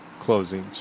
closings